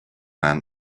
man